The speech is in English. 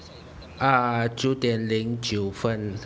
啊九点零九分